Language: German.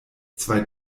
zwei